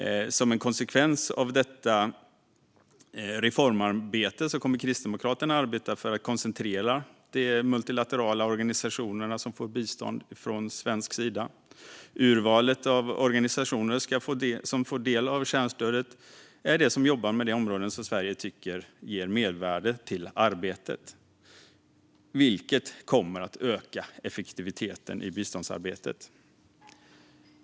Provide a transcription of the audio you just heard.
Som en konsekvens av detta reformarbete kommer Kristdemokraterna att arbeta för att koncentrera de multilaterala organisationerna som får bistånd från svensk sida. Urvalet av organisationer som får del av kärnstöd är de som jobbar med områden som Sverige tycker ger mervärde till arbetet, vilket kommer att öka effektiviteten i biståndsarbetet.